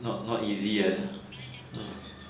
not not easy ha